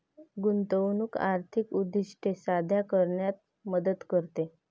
गुंतवणूक आर्थिक उद्दिष्टे साध्य करण्यात मदत करते